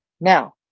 Now